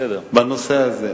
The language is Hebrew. בנושא הזה.